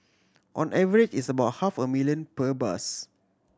on average it's about half a million per bus